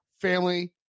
family